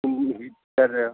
तुम हिट कर रहे हो